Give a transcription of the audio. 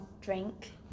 drink